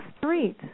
street